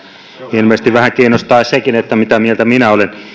ilmeisesti vähän kiinnostaisi sekin mitä mieltä minä olen